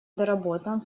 доработан